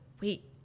wait